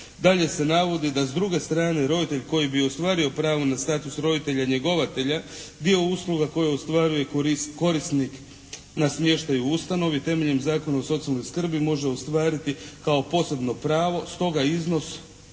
Dalje se navodi da s druge strane roditelj koji bi ostvario pravo na status roditelja njegovatelja bio usluga koja ostvaruje korisnik na smještaj u ustanovi temeljem Zakona o socijalnoj skrbi može ostvariti kao posebno pravo stoga iznos